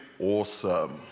awesome